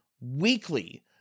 weekly